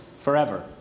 forever